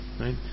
Right